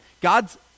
God's